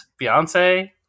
Beyonce